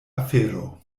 afero